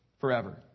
forever